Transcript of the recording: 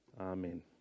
Amen